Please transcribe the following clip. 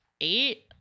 eight